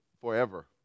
Forever